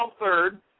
third